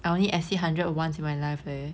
I only exceed hundred once in my life leh